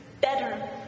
better